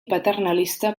paternalista